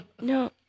No